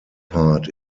part